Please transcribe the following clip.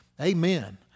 Amen